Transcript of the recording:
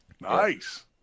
Nice